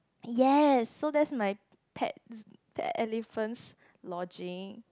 yes so that's my pet elephant's lodging